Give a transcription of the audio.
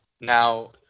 now